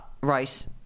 Right